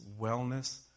wellness